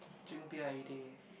drink beer everyday